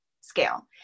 scale